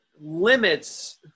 limits